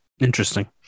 Interesting